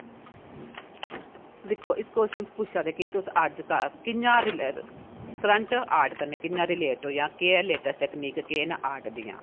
दिक्खो इस कवश्चन च पुच्छा दे कि तुस करंट आर्ट कन्नै कियां रिलेट हो जां केह् लेटेस्ट टकॅनीक केह् ना आर्ट दी